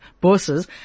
bosses